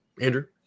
Andrew